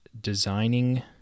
designing